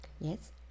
yes